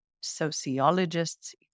sociologists